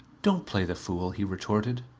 don't play the fool, he retorted.